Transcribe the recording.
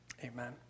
amen